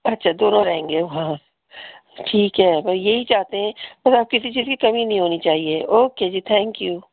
اچھا دونوں رہیں گے ہاں ٹھیک ہے بس یہی چاہتے ہیں اور کسی چیز کی کمی نہیں ہونی چاہیے اوکے جی تھینک یو